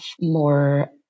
more